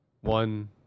One